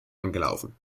angelaufen